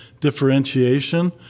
differentiation